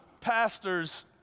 pastors